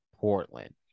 Portland